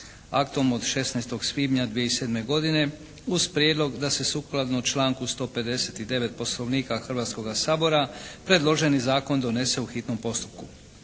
aktom od 16. svibnja 2007. godine uz prijedlog da se sukladno članku 159. Poslovnika Hrvatskoga sabora predloženi zakon donese u hitnom postupku.